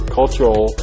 cultural